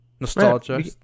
Nostalgia